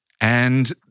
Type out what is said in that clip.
And-